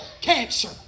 cancer